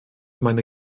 meine